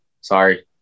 Sorry